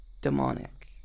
demonic